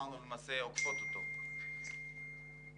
שאינן עומדות בקנה אחד עם מנגנון זה.